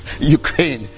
ukraine